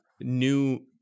new